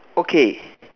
okay